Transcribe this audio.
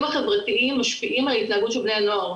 החברתיים משפיעים על ההתנהגות של בני הנוער,